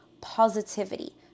positivity